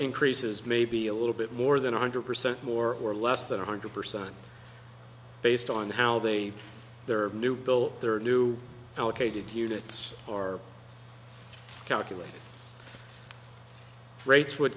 increases may be a little bit more than one hundred percent more or less than one hundred percent based on how they their new bill their new allocated units are calculated rates would